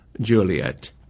juliet